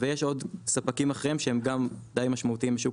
ויש עוד ספקים אחרים שהם גם די משמעותיים בשוק